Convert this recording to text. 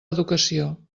educació